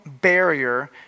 barrier